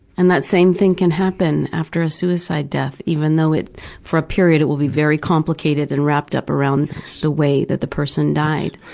and that same thing can happen after a suicide death, even though for a period it will be very complicated and wrapped up around the way that the person died.